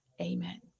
Amen